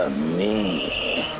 me